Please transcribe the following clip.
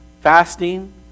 fasting